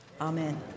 Amen